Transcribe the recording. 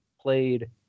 played